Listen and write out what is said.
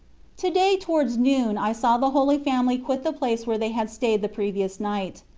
to day towards noon i saw the holy family quit the place where they had stayed the previous night.